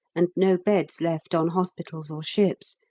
and no beds left on hospitals or ships,